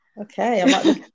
Okay